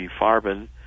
Farben